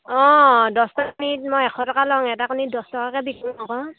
অঁ দহটা কণীত মই এশ টকা লওঁ এটা কণীত দহ টকাকৈ বিকো আকৌ